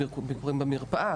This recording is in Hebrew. בביקורים במרפאה,